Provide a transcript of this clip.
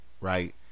right